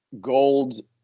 gold